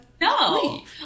No